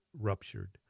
ruptured